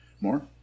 More